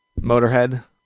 Motorhead